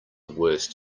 worst